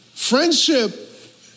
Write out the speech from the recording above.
Friendship